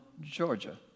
Georgia